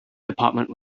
department